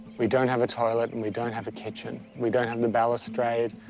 we don't have a toilet, and we don't have a kitchen. and we don't have the balustrade.